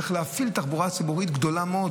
אז צריך להפעיל תחבורה ציבורית גדולה מאוד.